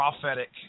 prophetic